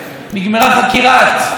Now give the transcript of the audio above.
וגילו מי זרק את האבן,